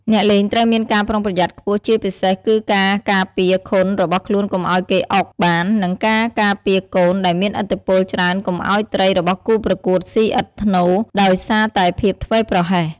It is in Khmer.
អ្នកលេងត្រូវមានការប្រុងប្រយ័ត្នខ្ពស់ជាពិសេសគឺការការពារ «ខុន» របស់ខ្លួនកុំឱ្យគេ «អុក» បាន និងការការពារកូនដែលមានឥទ្ធិពលច្រើនកុំឱ្យត្រីរបស់គូប្រកួតស៊ីឥតថ្នូរ ដោយសារតែភាពធ្វេសប្រហែស។